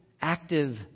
active